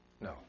No